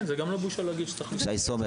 זה גם לא בושה להגיד --- שי סומך,